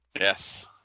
Yes